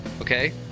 okay